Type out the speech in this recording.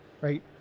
right